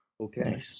Okay